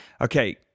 Okay